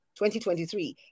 2023